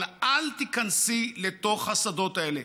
אבל אל תיכנסי לתוך השדות האלה.